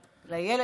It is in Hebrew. לי: